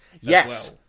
Yes